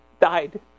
died